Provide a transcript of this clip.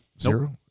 Zero